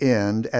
end